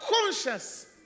conscious